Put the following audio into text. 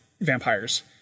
vampires